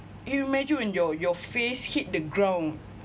you imagine when your your face hit the ground